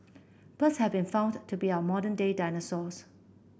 birds have been found to be our modern day dinosaurs